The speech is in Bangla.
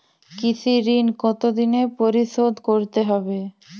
কৃষি ঋণ কতোদিনে পরিশোধ করতে হবে?